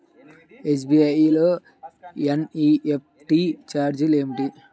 SBI లో NEFT ఛార్జీలు ఏమిటి?